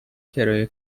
کرایه